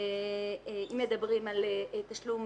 אם מדברים על תשלום